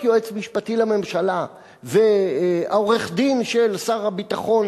יועץ משפטי לממשלה והעורך-דין של שר הביטחון,